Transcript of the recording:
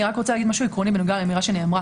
אני רק רוצה להגיד משהו עקרוני בנוגע לאמירה שנאמרה.